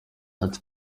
ati